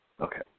Okay